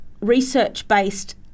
research-based